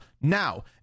now